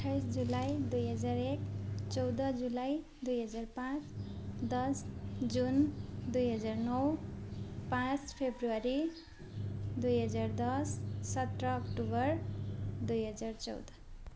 अट्ठाइस जुलाई दुई हजार एक चौध जुलाई दुई हजार पाँच दस जुन दुई हजार नौ पाँच फेब्रुअरी दुई हजार दस सत्र अक्टोबर दुई हजार चौध